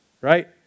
right